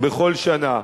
בכל שנה.